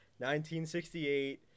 1968